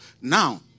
Now